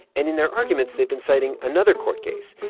and in their arguments, they've been citing another court case,